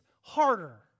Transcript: harder